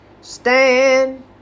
Stand